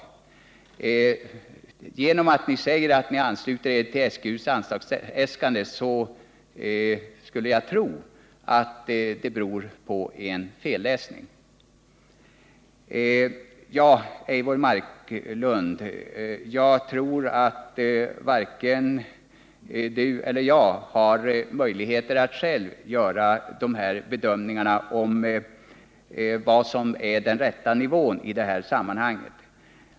Jag skulle tro att det beror på en felläsning när ni anför att ni anslutit er till SGU:s anslagsäskande. Jag tror att varken Eivor Marklund eller jag har möjlighet att själv göra bedömningarna av vad som är den rätta nivån i detta sammanhang.